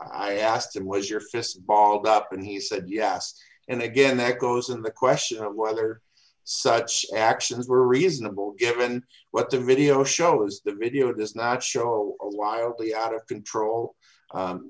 i asked them was your fist balled up and he said yes and again that goes and the question of whether such actions were reasonable given what the video shows the video does not show a wildly d out of control